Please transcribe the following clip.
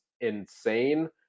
insane